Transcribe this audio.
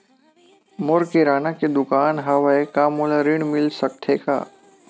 मोर किराना के दुकान हवय का मोला ऋण मिल सकथे का?